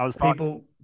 people